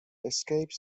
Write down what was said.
escape